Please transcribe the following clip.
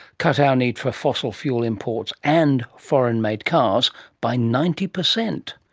cut our need for fossil fuel imports and foreign made cars by ninety per cent.